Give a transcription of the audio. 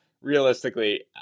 realistically